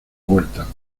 vuelta